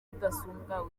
rudasumbwa